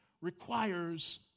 requires